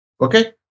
Okay